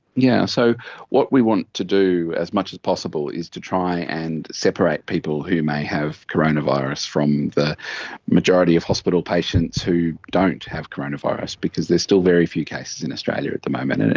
yeah so what we want to do as much as possible is to try and separate people who may have coronavirus from the majority of hospital patients who don't have coronavirus because there is still very few cases in australia at the moment, and and